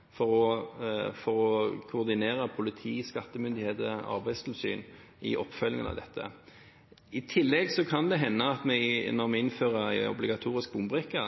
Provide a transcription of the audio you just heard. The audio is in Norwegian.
i Justisdepartementet for å koordinere politi, skattemyndigheter og arbeidstilsyn i oppfølgingen av dette. I tillegg kan det hende at vi, når vi innfører en obligatorisk bombrikke,